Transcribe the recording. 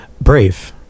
Brave